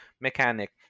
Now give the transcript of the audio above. mechanic